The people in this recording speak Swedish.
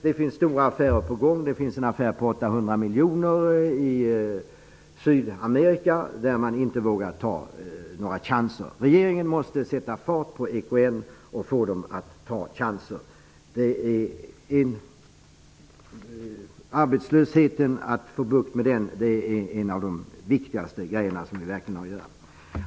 Det finns stora affärer på gång, en affär på 800 miljoner i Sydamerika, men man vågar inte ta några chanser. Regeringen måste sätta fart på EKN och få den att ta chanser. Att få bukt med arbetslösheten är en av de viktigaste grejerna vi har att göra med.